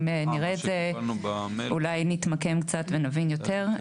שאם נראה את זה אולי נתמקם קצת ונבין יותר,